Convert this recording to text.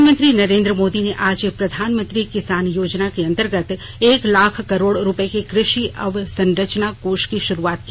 प्रधानमंत्री नरेन्द्र मोदी ने आज प्रधानमंत्री किसान योजना के अंतर्गत एक लाख करोड़ रूपये के कृषि अवसंरचना कोष की शुरूआत की